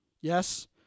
Yes